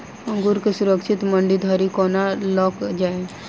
अंगूर केँ सुरक्षित मंडी धरि कोना लकऽ जाय?